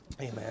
Amen